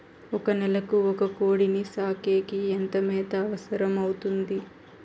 ఒక నెలకు ఒక కోడిని సాకేకి ఎంత మేత అవసరమవుతుంది?